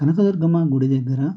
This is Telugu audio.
కనక దుర్గమ్మ గుడి దగ్గర